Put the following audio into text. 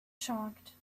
shocked